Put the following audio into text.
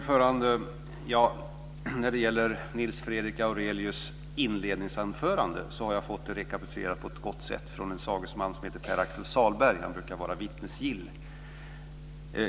Fru talman! Nils Fredrik Aurelius inledningsanförande har jag fått rekapitulerat på ett gott sätt från en sagesman som heter Pär Axel Sahlberg, och han brukar vara vittnesgill.